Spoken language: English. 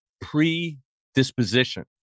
predisposition